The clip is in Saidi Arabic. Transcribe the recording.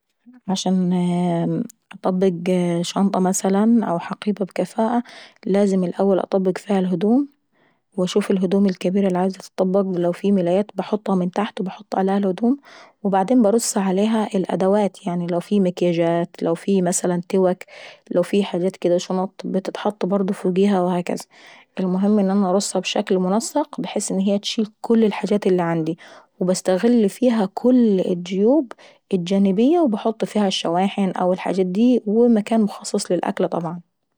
عشان نطبق شنطة او حقيبة بكفاءة لازم الأول نطبق الهدوم، ونشوف الهدوم الكابيرة اللي عايزة تتطبق ولو في ملايات باحطها من تحت ونحط عليها الهدوم وبعدين نرص عليها الأدوات اللي هي زي المكياجاات لو في مثلا توك لو مثلا حاجات كدا شنط وتتحط فوقيها وكذا. المهم ان انا نرصها بشكل منسق ونحس ان هي تشيل كل الحاجات اللي عندي وباستغل فيها كل الجيوب الجانبية وباحط فيها الشواحن او الحاجات داي، ومكان مخصص للأكل طبعا.